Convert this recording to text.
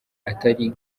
atari